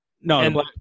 No